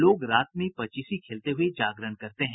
लोग रात में पचीसी खेलते हुए जागरण करते हैं